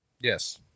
Yes